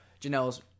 Janelle's